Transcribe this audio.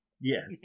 Yes